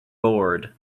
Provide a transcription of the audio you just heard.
board